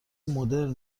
مدرن